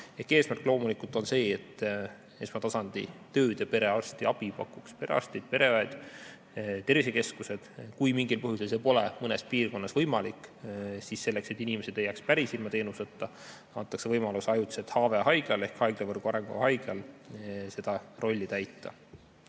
eesmärk loomulikult on see, et esmatasandi tööd ja perearstiabi pakuks perearstid, pereõed, tervisekeskused. Kui mingil põhjusel see pole mõnes piirkonnas võimalik, siis selleks, et inimesed ei jääks päris ilma teenuseta, antakse võimalus HVA‑haiglale ehk haiglavõrgu arengukava haiglale ajutiselt seda rolli täita.